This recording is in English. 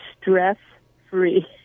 stress-free